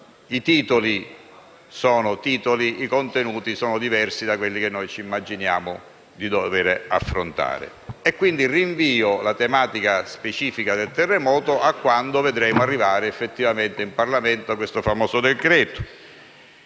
i titoli sono titoli, mentre i contenuti sono diversi da quelli che ci immaginiamo di dover affrontare. Rinvio quindi la tematica specifica del terremoto a quando vedremo arrivare effettivamente in Parlamento questo famoso decreto